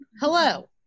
hello